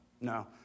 No